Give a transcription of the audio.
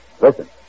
Listen